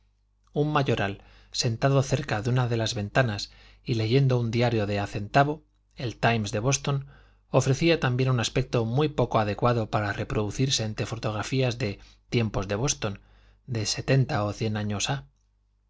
un mayoral sentado cerca de una de las ventanas y leyendo un diario de a centavo el times de boston ofrecía también un aspecto muy poco adecuado para reproducirse entre fotografías de tiempos de boston de setenta o cien años ha